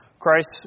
Christ